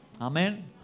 Amen